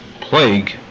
plague